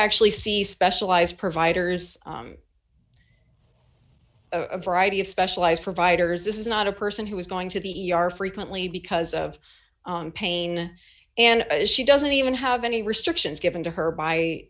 actually see specialized providers a variety of specialized providers this is not a person who is going to the e r frequently because of pain and she doesn't even have any restrictions given to her by